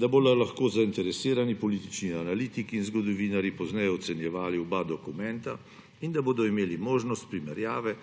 da bodo lahko zainteresirani politični analitiki in zgodovinarji pozneje ocenjevali oba dokumenta in da bodo imeli možnost primerjave,